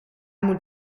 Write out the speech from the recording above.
moet